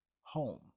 home